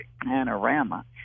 panorama